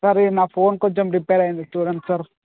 sir ఈ మా phone కొంచెం రిపేర్ అయింది చూడండి సార్